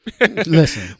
Listen